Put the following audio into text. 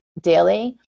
daily